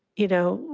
you know,